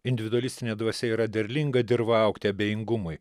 individualistinė dvasia yra derlinga dirva augti abejingumui